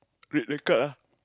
red red card ah